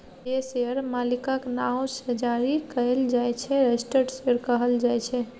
जे शेयर मालिकक नाओ सँ जारी कएल जाइ छै रजिस्टर्ड शेयर कहल जाइ छै